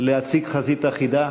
להציג חזית אחידה,